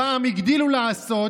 הפעם הגדילו לעשות